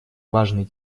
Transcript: важной